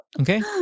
Okay